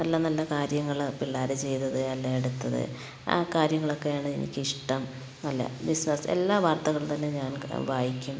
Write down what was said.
നല്ലനല്ല കാര്യങ്ങൾ പിള്ളേർ ചെയ്തത് അല്ലേ എടുത്തത് ആ കാര്യങ്ങളൊക്കെയാണ് എനിക്കിഷ്ടം അല്ല ബിസ്സിനെസ്സ് എല്ലാ വാർത്തകളുംതന്നെ ഞാൻ വായിക്കും